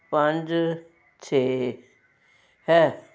ਪੰਜ ਛੇ ਹੈ